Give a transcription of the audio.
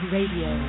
Radio